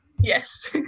yes